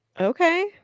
Okay